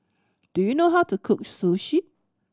do you know how to cook Sushi